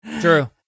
True